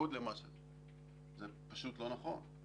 בניגוד למה שזה, זה פשוט לא נכון.